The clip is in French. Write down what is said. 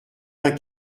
vingt